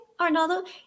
Arnaldo